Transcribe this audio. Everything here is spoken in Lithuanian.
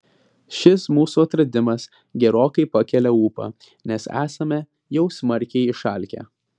šis mūsų atradimas gerokai pakelia ūpą nes esame jau smarkiai išalkę